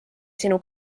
sinu